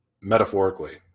Metaphorically